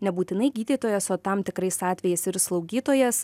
nebūtinai gydytojas o tam tikrais atvejais ir slaugytojas